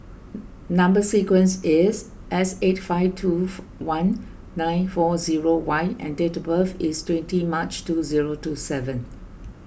Number Sequence is S eight five two four one nine four zero Y and date of birth is twenty March two zero two seven